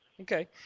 Okay